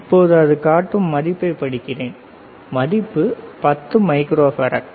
இப்பொழுது அது காட்டும் மதிப்பை படிக்கிறேன் மதிப்பு 10 மைக்ரோஃபாரட்